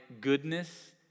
goodness